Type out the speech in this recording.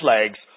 Legs